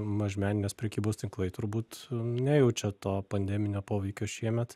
mažmeninės prekybos tinklai turbūt nejaučia to pandeminio poveikio šiemet